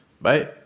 Bye